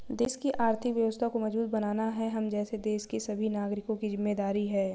देश की अर्थव्यवस्था को मजबूत बनाना हम जैसे देश के सभी नागरिकों की जिम्मेदारी है